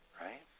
right